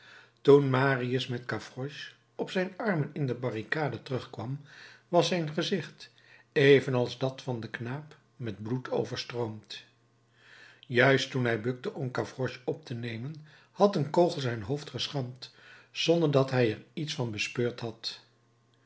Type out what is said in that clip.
toen marius met gavroche op zijn armen in de barricade terugkwam was zijn gezicht evenals dat van den knaap met bloed overstroomd juist toen hij bukte om gavroche op te nemen had een kogel zijn hoofd geschampt zonder dat hij er iets van bespeurd had